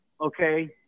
okay